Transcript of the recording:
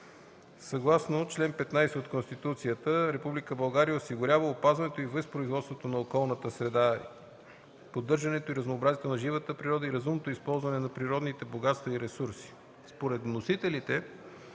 Съгласно чл. 15 от Конституцията „Република България осигурява опазването и възпроизводството на околната среда, поддържането и разнообразието на живата природа и разумното използване на природните богатства и ресурсите на